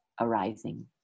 arising